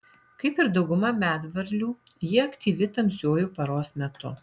kaip ir dauguma medvarlių ji aktyvi tamsiuoju paros metu